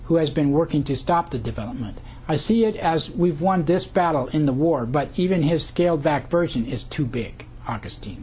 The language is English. who has been working to stop the development i see it as we've won this battle in the war but even his scaled back version is too big augustine